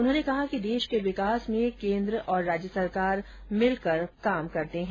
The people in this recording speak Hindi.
उन्होंने कहा कि देश के विकास में केन्द्र और राज्य सरकार मिलकर काम करते हैं